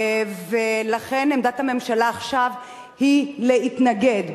ולכן עמדת הממשלה עכשיו היא להתנגד.